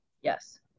Yes